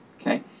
Okay